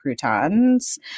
croutons